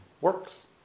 works